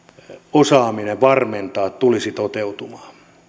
osaaminen varmentaa tulisi toteutumaan